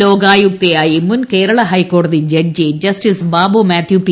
ലോകായുക്ത മുൻ ഹൈക്കോടതി judge justice Babu Mathew P